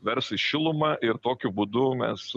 vers į šilumą ir tokiu būdu mes